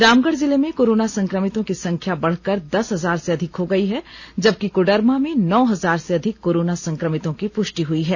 रामगढ़ जिले में कोरोना संक्रमितों की संख्या बढ़कर दस हजार से अधिक हो गयी है जबकि कोडरमा में नौ हजार से अधिक कोरोना संक्रमितों की पृष्टि हई है